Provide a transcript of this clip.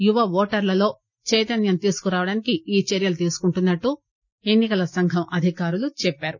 యువ ఓటర్లలో చైతన్యం తీసుకురావడానికి ఈ చర్యలు తీసుకుంటున్పట్లు ఎన్ని కల సంఘం అధికారులు తెలిపారు